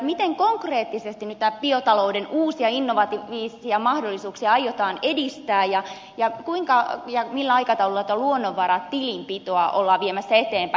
miten konkreettisesti nyt biotalouden uusia innovatiivisia mahdollisuuksia aiotaan edistää ja millä aikataululla luonnonvaratilinpitoa ollaan viemässä eteenpäin